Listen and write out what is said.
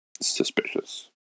suspicious